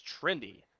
trendy